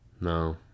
No